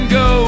go